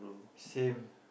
same